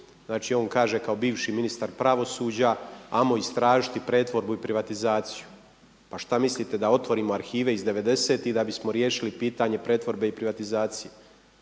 Znači on kaže kao bivši ministar pravosuđa hajmo istražiti pretvorbu i privatizaciju. Pa šta mislite da otvorimo arhive iz devedesetih da bismo riješili pitanje pretvorbe i privatizacije?